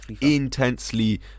intensely